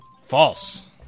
False